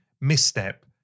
misstep